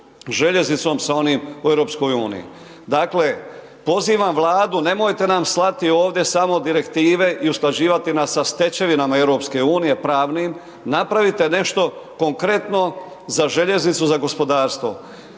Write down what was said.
željeznicom sa onim u EU. Dakle, pozivam Vladu nemojte nam slati ovdje samo direktive i usklađivati nas sa stečevinama EU pravnim, napravite nešto konkretno za željeznicu za gospodarstvo.